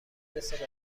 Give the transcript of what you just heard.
سهقسمتی